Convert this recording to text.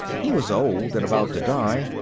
he was old and about to die.